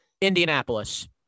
Indianapolis